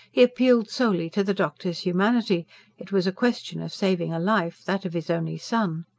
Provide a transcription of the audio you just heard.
he appealed solely to the doctor's humanity it was a question of saving a life that of his only son.